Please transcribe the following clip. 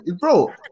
Bro